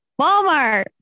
Walmart